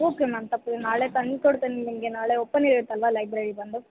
okay ma'am ತಪ್ಪದೆ ನಾಳೆ ತಂದ್ಕೊಡ್ತೇನೆ ನಿಮಗೆ ನಾಳೆ ಓಪನ್ ಇರುತ್ತಲ್ವ ಲೈಬ್ರೆರಿ ಬಂದು